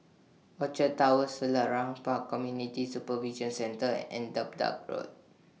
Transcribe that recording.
Orchard Towers Selarang Park Community Supervision Centre and Dedap Road